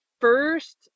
first